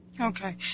Okay